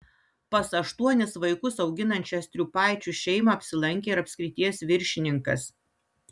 pas aštuonis vaikus auginančią striupaičių šeimą apsilankė ir apskrities viršininkas